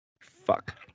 fuck